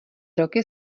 roky